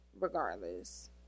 Regardless